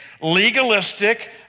legalistic